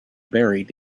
buried